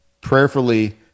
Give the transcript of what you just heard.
prayerfully